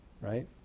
right